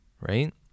Right